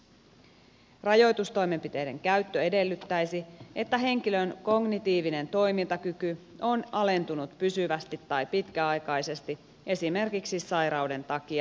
rajoitus toimenpiteiden käyttö edellyttäisi että henkilön kognitiivinen toimintakyky on alentunut pysyvästi tai pitkäaikaisesti esimerkiksi sairauden takia